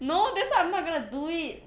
no that's why I'm not gonna do it